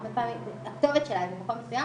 הרבה פעמים אם הכתובת שלה זה מקום מסוים